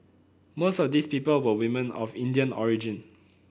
most of these people were women of Indian origin